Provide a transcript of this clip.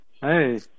Hey